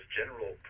general